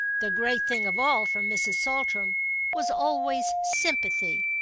the great thing of all for mrs. saltram was always sympathy,